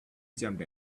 jumped